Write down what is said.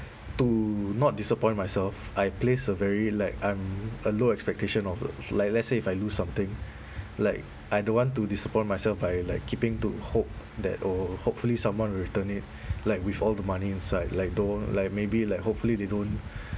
to not disappoint myself I place a very like um a low expectation of like let's say if I lose something like I don't want to disappoint myself by like keeping to hope that oh hopefully someone will return it like with all the money inside like don't like maybe like hopefully they don't